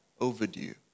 overdue